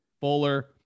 Fuller